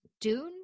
Dune